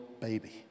baby